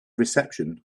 reception